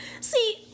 See